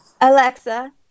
Alexa